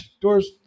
Doors